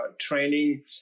training